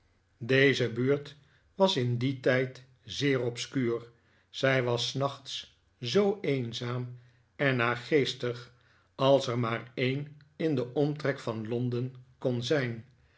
deze buurt was in dien tijd zeer obscuur zij was s nachts zoo eenzaam en naargeestig als er maar een in den omtrek van londen kon zijn